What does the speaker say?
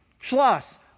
Schloss